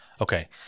Okay